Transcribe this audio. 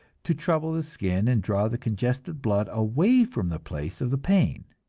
to trouble the skin and draw the congested blood away from the place of the pain.